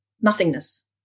nothingness